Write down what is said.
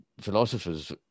philosophers